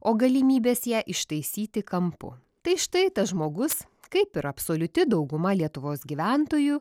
o galimybės ją ištaisyti kampu tai štai tas žmogus kaip ir absoliuti dauguma lietuvos gyventojų